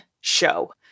show